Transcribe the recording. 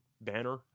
banner